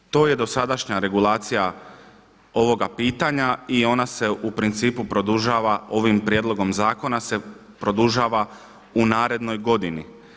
To je dosadašnja regulacija ovoga pitanja i ona se u principu produžava ovim prijedlogom zakona se produžava u narednoj godini.